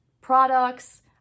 products